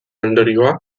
ondorioa